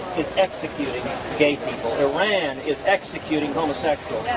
is executing gay people. iran is executing homosexuals.